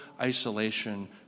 isolation